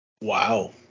wow